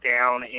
down